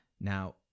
Now